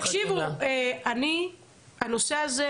חקיקה שאנחנו